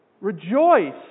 Rejoice